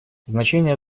значение